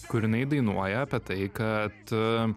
kur jinai dainuoja apie tai kad